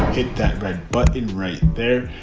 hit that red button right there,